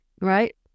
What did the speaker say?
right